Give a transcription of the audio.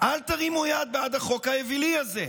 אל תרימו יד בעד החוק האווילי הזה,